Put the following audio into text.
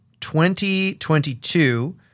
2022